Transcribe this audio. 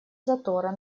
затора